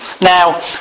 Now